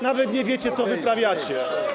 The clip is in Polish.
Nawet nie wiecie, co wyprawiacie.